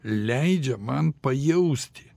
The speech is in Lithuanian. leidžia man pajausti